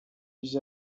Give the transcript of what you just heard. vis